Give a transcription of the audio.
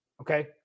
Okay